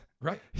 Right